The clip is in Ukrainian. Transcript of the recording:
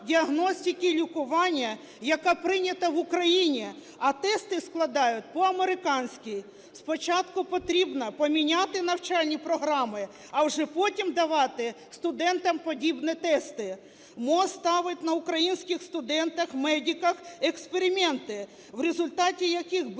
діагностики і лікування, яка прийнята в Україні, а тести складають по-американськи. Спочатку потрібно поміняти навчальні програми, а вже потім давати студентам подібні тести. МОЗ ставить на українських студентах-медиках експерименти, в результаті, яких